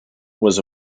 was